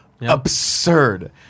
absurd